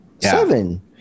seven